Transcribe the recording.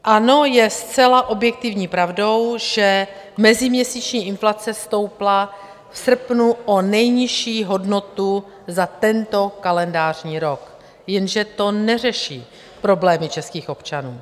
Ano, je zcela objektivní pravdou, že meziměsíční inflace stoupla v srpnu o nejnižší hodnotu za tento kalendářní rok, jenže to neřeší problémy českých občanů.